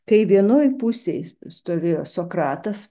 kai vienoj pusėj stovėjo sokratas